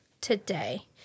today